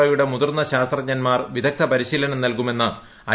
ഒയുടെ മുതിർന്ന ശാസ്ത്രജ്ഞൻമാർ വിദഗ്ധ പരിശീലനം നൽകുമെന്ന് ഐ